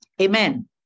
Amen